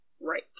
Right